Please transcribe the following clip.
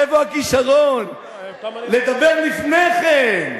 איפה הכשרון לדבר לפני כן?